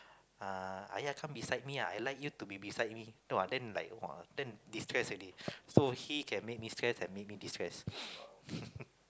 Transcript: uh !aiya! come beside me ah I like you to be beside me no ah then like !wah! then distress already so he can make me stress and make me distress